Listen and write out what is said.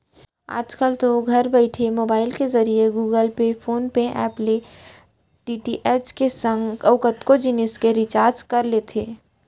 आजकल तो घर बइठे मोबईल के जरिए Google Pay, PhonePe app ले डी.टी.एच के संग अउ कतको जिनिस के रिचार्ज कर लेथे